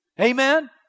Amen